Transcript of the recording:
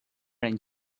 and